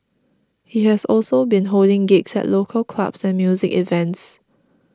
he has also been holding gigs at local clubs and music events